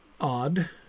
Odd